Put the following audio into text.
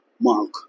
Mark